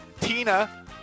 Tina